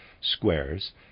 squares